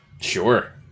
Sure